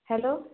hello